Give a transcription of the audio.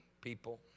people